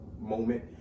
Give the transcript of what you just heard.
moment